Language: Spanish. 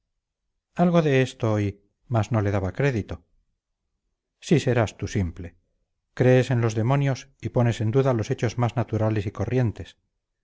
algo de esto oí mas no le daba crédito si serás tú simple crees en los demonios y pones en duda los hechos más naturales y corrientes